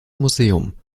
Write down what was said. museum